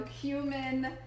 cumin